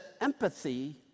empathy